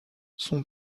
son